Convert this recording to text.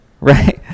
right